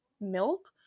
milk